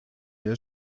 der